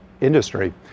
industry